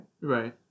Right